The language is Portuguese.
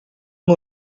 não